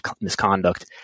misconduct